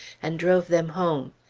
and drove them home.